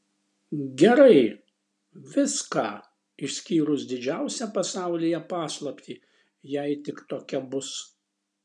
gerai viską išskyrus didžiausią pasaulyje paslaptį jei tik tokia bus